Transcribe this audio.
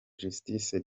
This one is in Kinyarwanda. justice